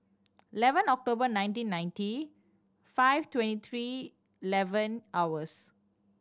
eleven October nineteen ninety five twenty three eleven hours